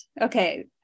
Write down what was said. Okay